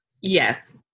Yes